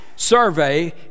Survey